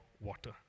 water